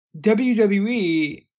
WWE